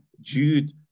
Jude